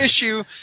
issue